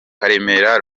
karemera